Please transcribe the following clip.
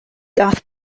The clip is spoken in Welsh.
daeth